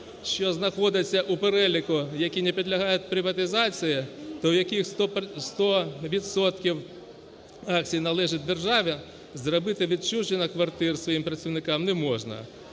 що знаходиться у переліку, які не підлягають приватизації, то в якій 100 відсотків акцій належить державі зробити відчуження на квартиру своїм працівникам не можна.